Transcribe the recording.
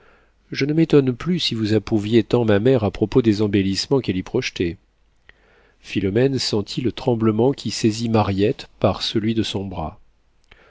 je ne m'étonne plus si vous approuviez tant ma mère à propos des embellissements qu'elle y projetait philomène sentit le tremblement qui saisit mariette par celui de son bras